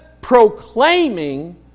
proclaiming